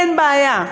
אין בעיה,